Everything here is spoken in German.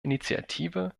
initiative